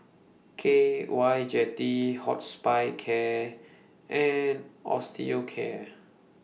K Y Jetty Hospicare and Osteocare